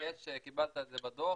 קיבלת את זה בדוח,